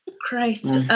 Christ